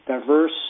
diverse